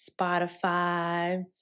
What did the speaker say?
Spotify